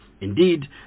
Indeed